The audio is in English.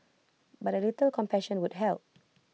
but A little compassion would help